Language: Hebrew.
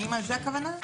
האם לזה הכוונה?